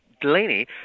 Delaney